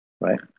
right